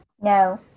No